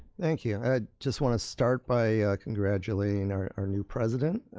thank you. i just want to start by congratulating our new president.